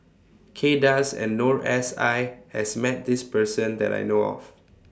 Kay Das and Noor S I has Met This Person that I know of